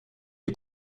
les